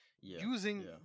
using